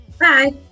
Bye